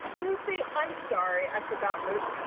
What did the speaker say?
lucy, i'm sorry, i forgot lucy.